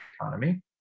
economy